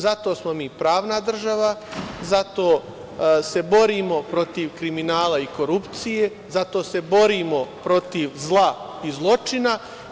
Zato smo mi pravna država, zato se borimo protiv kriminala o korupcije, zato se borimo protiv zla i zločina.